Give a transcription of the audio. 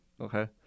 okay